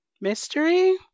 mystery